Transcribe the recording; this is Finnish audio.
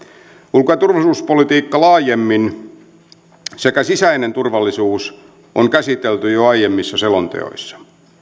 ulko ja turvallisuuspolitiikka laajemmin sekä sisäinen turvallisuus on käsitelty jo aiemmissa selonteoissa